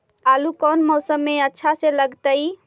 आलू कौन मौसम में अच्छा से लगतैई?